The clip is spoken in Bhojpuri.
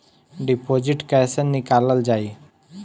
डिपोजिट कैसे निकालल जाइ?